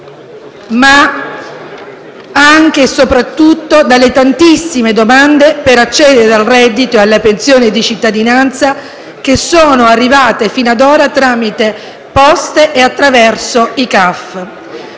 ma anche e soprattutto dalle tantissime domande per accedere al reddito e alla pensione di cittadinanza che sono arrivate fino ad ora tramite Poste italiane e attraverso i